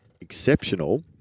exceptional